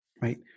right